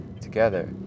together